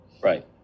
Right